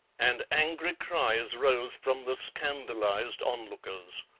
and angry cries rose from the scandalized onlookers.